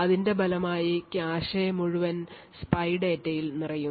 അതിന്റെ ഫലമായി കാഷെ മുഴുവൻ സ്പൈ ഡാറ്റയിൽ നിറയും